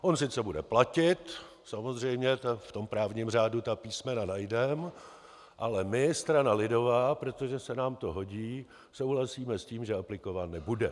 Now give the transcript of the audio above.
On sice bude platit, samozřejmě, v tom právním řádu ta písmena najdeme, ale my, strana lidová, protože se nám to hodí, souhlasíme s tím, že aplikován nebude.